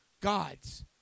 God's